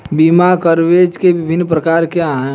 बीमा कवरेज के विभिन्न प्रकार क्या हैं?